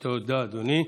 תודה, אדוני.